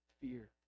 fear